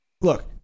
Look